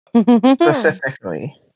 Specifically